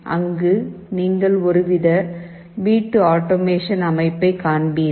அங்கு நீங்கள் ஒரு வித வீட்டு ஆட்டோமேஷன் அமைப்பைக் காண்பீர்கள்